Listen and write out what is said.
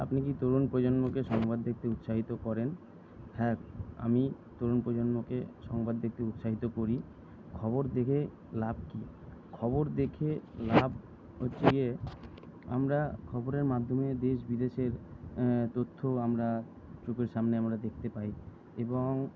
আপনি কি তরুণ প্রজন্মকে সংবাদ দেখতে উৎসাহিত করেন হ্যাঁ আমি তরুণ প্রজন্মকে সংবাদ দেখতে উৎসাহিত করি খবর দেখে লাভ কি খবর দেখে লাভ হচ্ছে গিয়ে আমরা খবরের মাধ্যমে দেশ বিদেশের তথ্য আমরা চোখের সামনে আমরা দেখতে পাই এবং